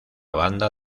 banda